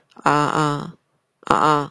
ah ah ah ah